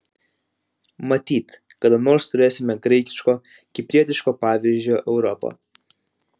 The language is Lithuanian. matyt kada nors turėsime graikiško kiprietiško pavyzdžio europą